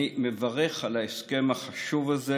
אני מברך על ההסכם החשוב הזה,